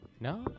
No